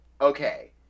okay